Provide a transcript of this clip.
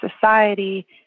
society